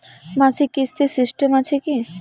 মাসিক কিস্তির সিস্টেম আছে কি?